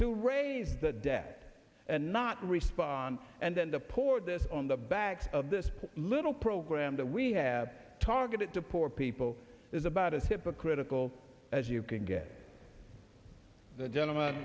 to raise the debt and not respond and then the poor this on the backs of this little program that we have targeted to poor people is about as hypocritical as you can get the gentleman